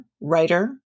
writer